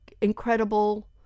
incredible